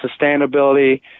sustainability